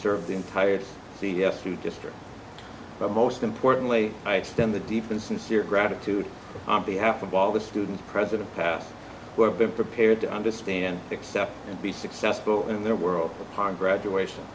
serve the entire c s t district but most importantly i extend the deep in sincere gratitude on behalf of all the students president past where been prepared to understand except and be successful in their world upon graduation